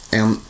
en